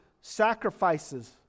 sacrifices